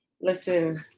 Listen